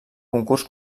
concurs